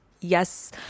Yes